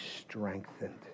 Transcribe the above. strengthened